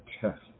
test